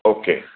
okay